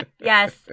Yes